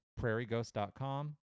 PrairieGhost.com